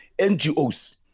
NGOs